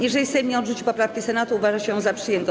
Jeżeli Sejm nie odrzuci poprawki Senatu, uważa się ją za przyjętą.